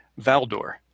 Valdor